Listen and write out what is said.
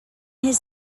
his